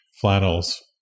flannels